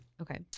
Okay